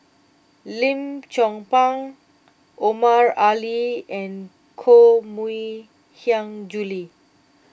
Lim Chong Pang Omar Ali and Koh Mui Hiang Julie